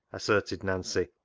asserted nancy,